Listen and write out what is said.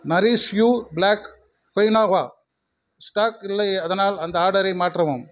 nourish you black குயினாவா stock இல்லை அதனால் அந்த ஆர்டரை மாற்றவும்